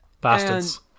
bastards